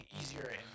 easier